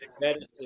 medicine